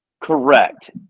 Correct